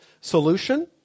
solution